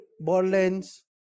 Borderlands